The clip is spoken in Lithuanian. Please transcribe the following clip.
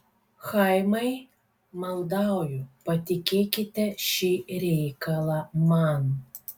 chaimai maldauju patikėkite šį reikalą man